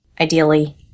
Ideally